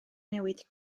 newid